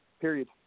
Period